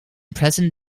present